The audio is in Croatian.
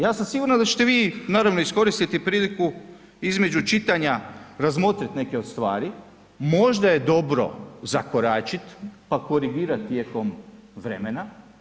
Ja sam siguran da ćete vi naravno iskoristiti priliku između čitanja razmotrit neke od stvari, možda je dobro zakoračit, pa korigirat tijekom vremena.